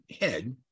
head